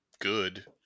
Good